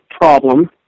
problem